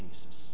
Jesus